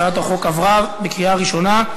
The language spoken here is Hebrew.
הצעת החוק עברה בקריאה ראשונה,